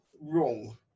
wrong